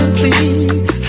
please